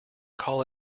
call